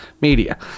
Media